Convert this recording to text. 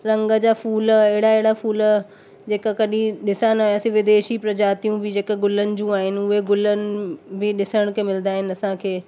रंग जा फूल अहिड़ा अहिड़ा फूल जेका कडी ॾिसा न एसी विदेशी प्रजातियूं बि जेका गुलन जू आहिनि उहे गुलनि बि ॾिसण खे मिलदा आहिनि असांखे